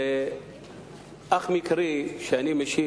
זה אך מקרי שאני משיב,